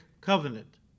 covenant